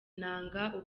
inanga